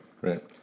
Right